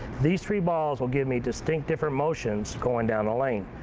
these three balls will give me distinct different motions going down the lane.